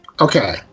Okay